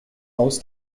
haus